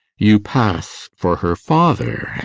you pass for her father,